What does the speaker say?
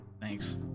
thanks